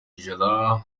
ijana